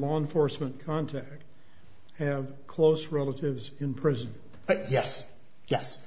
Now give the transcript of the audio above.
law enforcement contact and close relatives in prison but yes yes